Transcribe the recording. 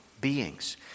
beings